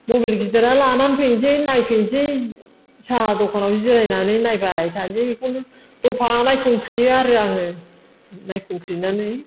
mobile गिदिरा लानानै फैनोसै नायफैनोसै साहा दखानाव जिरायनानै नायबाय थानोसै बेखौनो दफा नायखंख्रेयो आरो आङो नायखंख्रेनानै